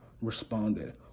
responded